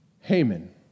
Haman